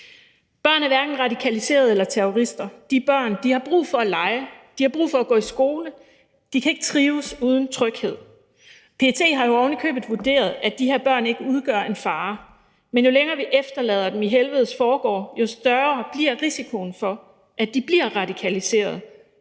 Børn er hverken radikaliserede eller terrorister, de er børn, og de har brug for at lege, de har brug for at gå i skole, de kan ikke trives uden tryghed. PET har jo ovenikøbet vurderet, at de her børn ikke udgør en fare, men jo længere tid, vi efterlader dem i helvedes forgård, jo større bliver risikoen for, at de bliver radikaliserede.